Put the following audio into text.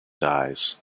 dies